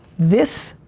this,